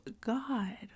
God